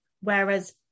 Whereas